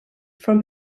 from